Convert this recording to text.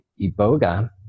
iboga